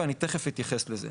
ואני תכף אתייחס לזה.